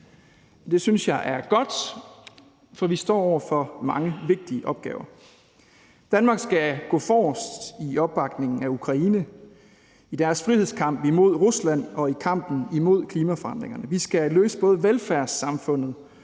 Det synes jeg er godt, for vi står over for mange vigtige opgaver. Danmark skal gå forrest i opbakningen til Ukraine i deres frihedskamp mod Rusland og i kampen imod klimaforandringerne. Vi skal løse både velfærdssamfundets